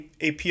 AP